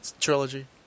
trilogy